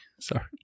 Sorry